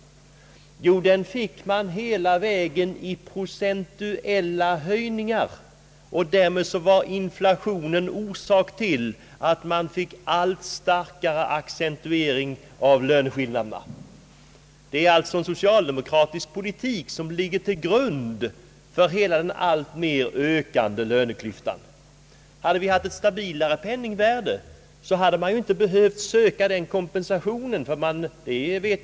Jo, den fick man hela vägen i procentuella lönehöjningar. Därmed blev inflationen orsak till en allt starkare accentuering av löneskillnaderna. Det är alltså den socialdemokratiska politiken som ligger till grund för hela den alltmer ökande löneklyftan. Hade vi haft ett stabilare penningvärde, hade vi inte behövt söka denna kompensation.